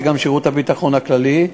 זה גם שירות הביטחון הכללי,